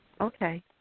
Okay